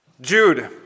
Jude